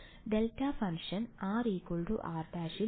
delta function r r′ ൽ ഇരിക്കുന്നുണ്ടോ